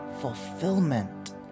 fulfillment